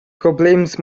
problems